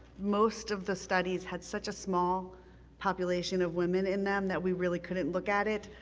most of the studies had such a small population of women in them that we really couldn't look at it.